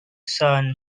son